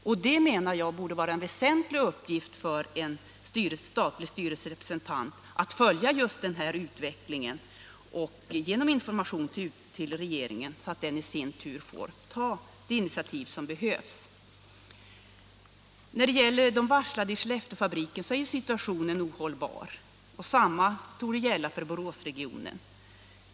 Och jag menar att det borde vara en väsentlig uppgift för en statlig styrelserepresentant att följa just denna utveckling och ge information till regeringen så att den i sin tur får ta de initiativ som behövs. När det gäller de varslade i Skellefteåfabriken så är situationen ohållbar, och samma torde gälla för Boråsregionen.